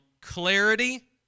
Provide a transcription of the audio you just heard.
clarity